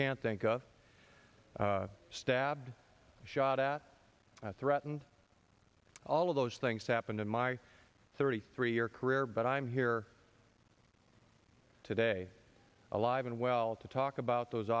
can think of stabbed shot at i threatened all of those things happened in my thirty three year career but i'm here today alive and well to talk about those